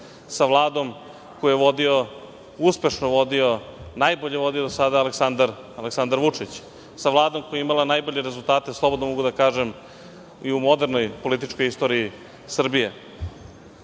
sa Vladom koju je vodio, uspešno vodio, najbolje vodio do sada Aleksandar Vučić, sa Vladom koja je imala najbolje rezultate, slobodno mogu da kažem i u modernoj političkoj istoriji